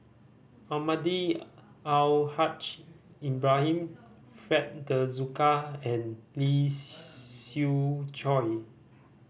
Almahdi Al Haj Ibrahim Fred De Souza and Lee Siew Choh